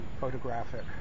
photographic